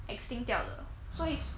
extinct 掉的 so is